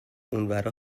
اونورا